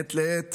מעת לעת